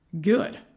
good